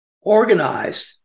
organized